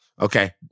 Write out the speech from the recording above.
Okay